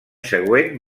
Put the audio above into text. següent